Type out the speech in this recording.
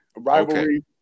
Rivalry